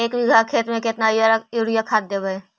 एक बिघा खेत में केतना युरिया खाद देवै?